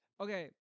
Okay